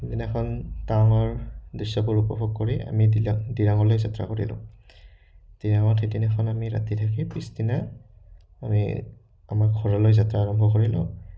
সেইদিনাখন টাৱাঙৰ দৃশ্যবোৰ উপভোগ কৰি আমি দি দিৰাঙলৈ যাত্ৰা কৰিলোঁ দিৰাঙত সেইদিনাখন আমি ৰাতি থাকি পিছদিনা আমি আমাৰ ঘৰলৈ যাত্ৰা আৰম্ভ কৰিলোঁ